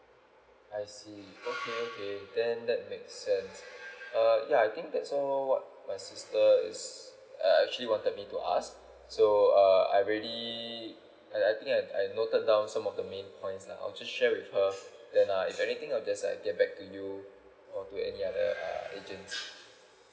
I see okay okay then that makes sense err yeah I think that's all what my sister is uh actually wanted me to ask so uh I ready I I think I I noted down some of the main points lah I'll just share with her then ah if anything I'll just get back to you or to any other agents